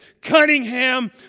Cunningham